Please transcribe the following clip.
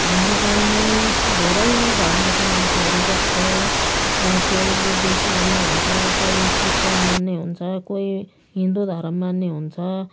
हाम्रो गाउँमा धेरै धर्मको मान्छेहरू बस्छ कोही बुद्धिस्ट मान्ने हुन्छ कोही क्रिस्चियन मान्ने हुन्छ कोही हिन्दू धर्म मान्ने हुन्छ